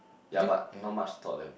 yea but not much thought have been